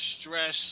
stress